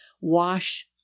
wash